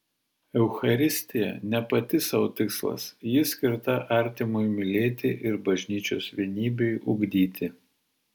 eucharistija ne pati sau tikslas ji skirta artimui mylėti ir bažnyčios vienybei ugdyti